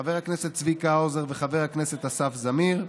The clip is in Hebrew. חבר הכנסת צביקה האוזר וחבר הכנסת אסף זמיר,